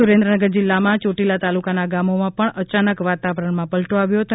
સુરેન્દ્રનગર જીલ્લામાં ચોટીલા તાલુકાના ગામોમાં પણ અચાનક વાતાવરણમાં પલટો આવ્યો અને વરસાદ થયો હતો